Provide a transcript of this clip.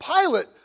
Pilate